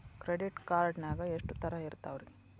Credit card ನಾಗ ಎಷ್ಟು ತರಹ ಇರ್ತಾವ್ರಿ?